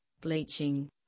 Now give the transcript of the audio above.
bleaching